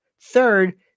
Third